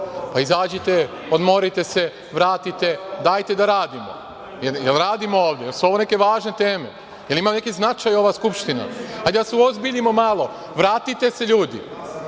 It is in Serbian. Pa, izađite, odmorite se, vratite. Dajte da radimo. Da li radimo ovde? Da li su ovo neke važne teme? Da li ima neki značaj ova Skupština? Hajde da se uozbiljimo malo. Vratite se, ljudi.